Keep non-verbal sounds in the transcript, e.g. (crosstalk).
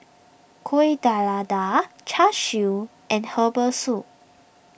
Kuih (unintelligible) Char Siu and Herbal Soup